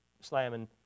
slamming